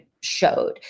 showed